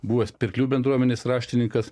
buvęs pirklių bendruomenės raštininkas